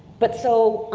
but so,